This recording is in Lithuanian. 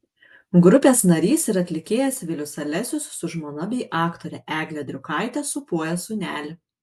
grupės narys ir atlikėjas vilius alesius su žmona bei aktore egle driukaite sūpuoja sūnelį